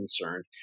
concerned